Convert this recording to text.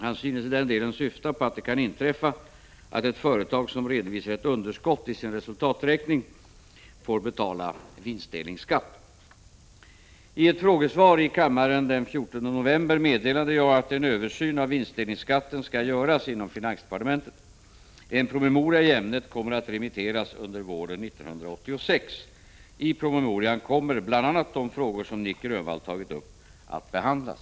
Han synes i den delen syfta på att det kan inträffa att ett företag som redovisar ett underskott i sin resultaträkning får betala vinstdelningsskatt. I ett frågesvar i kammaren den 14 november meddelade jag att en översyn av vinstdelningsskatten skall göras inom finansdepartementet. En promemoria i ämnet kommer att remitteras under våren 1986. I promemorian kommer bl.a. de frågor som Nic Grönvall tagit upp att behandlas.